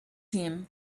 him